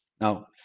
Now